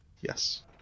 Yes